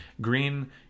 Green